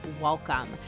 welcome